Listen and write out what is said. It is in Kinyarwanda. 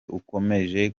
ukomeje